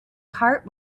cart